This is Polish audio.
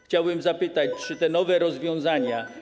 Chciałbym zapytać: Czy te nowe rozwiązania.